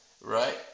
right